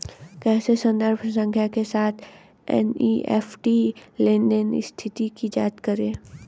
कैसे संदर्भ संख्या के साथ एन.ई.एफ.टी लेनदेन स्थिति की जांच करें?